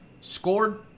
scored